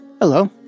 Hello